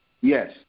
Yes